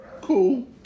Cool